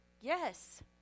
Yes